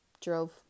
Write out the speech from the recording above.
drove